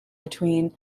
between